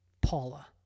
Paula